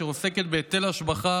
אשר עוסקת בהיטל השבחה